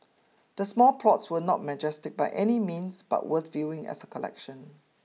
the small plots were not majestic by any means but worth viewing as a collection